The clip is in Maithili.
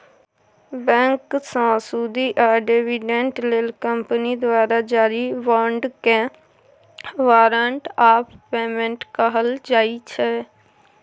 बैंकसँ सुदि या डिबीडेंड लेल कंपनी द्वारा जारी बाँडकेँ बारंट आफ पेमेंट कहल जाइ छै